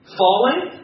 falling